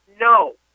no